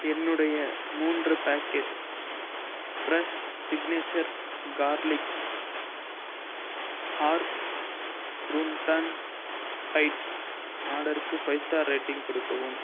என்னுடைய மூன்று packet fresh signature garlic herb croutons bites ஆர்டருக்கு ஃபைவ் ஸ்டார் ரேட்டிங் கொடுக்கவும்